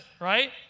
right